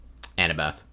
Annabeth